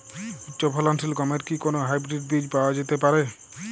উচ্চ ফলনশীল গমের কি কোন হাইব্রীড বীজ পাওয়া যেতে পারে?